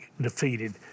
defeated